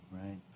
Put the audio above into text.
right